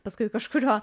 paskui kažkuriuo